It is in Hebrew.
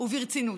וברצינות,